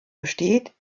besteht